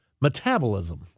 Metabolism